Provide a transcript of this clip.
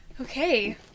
Okay